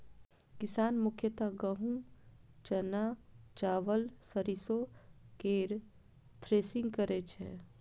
किसान मुख्यतः गहूम, चना, चावल, सरिसो केर थ्रेसिंग करै छै